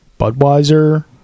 Budweiser